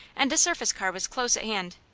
and a surface car was close at hand.